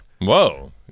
Whoa